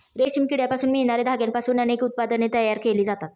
रेशमी किड्यांपासून मिळणार्या धाग्यांपासून अनेक उत्पादने तयार केली जातात